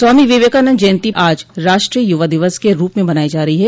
स्वामी विवेकानन्द जयन्ती आज राष्ट्रीय युवा दिवस के रूप में मनाई जा रही है